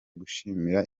gushimira